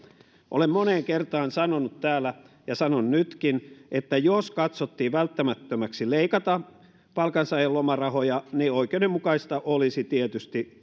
olen moneen kertaan sanonut täällä ja sanon nytkin että jos katsottiin välttämättömäksi leikata palkansaajien lomarahoja niin oikeudenmukaista olisi tietysti